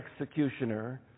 executioner